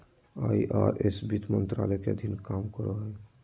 IRS वित्त मंत्रालय के अधीन काम करो हय